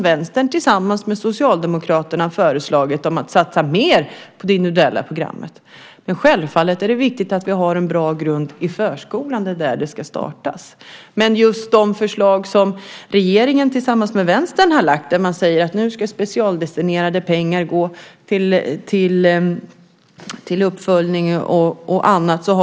Vänstern har tillsammans med Socialdemokraterna föreslagit att satsa mer på det individuella programmet. Det är självfallet viktigt att vi har en bra grund i förskolan. Det är där det ska startas. Regeringen har tillsammans med Vänstern föreslagit att specialdestinerade pengar ska gå till uppföljning och annat.